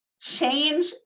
change